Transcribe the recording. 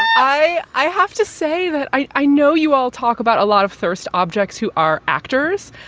i i have to say that i know you all talk about a lot of thirst objects who are actors.